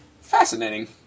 Fascinating